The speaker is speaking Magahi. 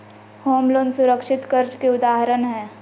होम लोन सुरक्षित कर्ज के उदाहरण हय